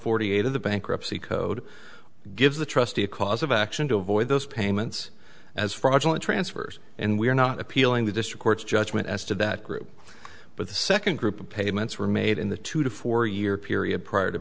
forty eight of the bankruptcy code gives the trustee a cause of action to avoid those payments as fraudulent transfers and we are not appealing the district court's judgment as to that group but the second group of payments were made in the two to four year period prior to